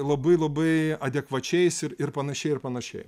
labai labai adekvačiais ir ir panašiai ir panašiai